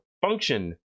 function